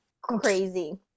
crazy